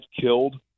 killed